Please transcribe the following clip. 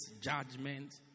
judgment